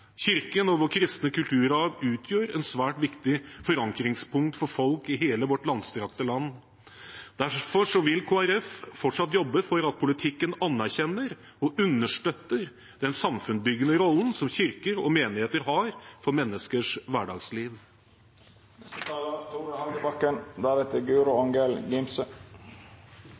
Kirken og vår kristne kulturarv utgjør et svært viktig forankringspunkt for folk i hele vårt langstrakte land. Derfor vil Kristelig Folkeparti fortsatt jobbe for at politikken anerkjenner og understøtter den samfunnsbyggende rollen som kirker og menigheter har for menneskers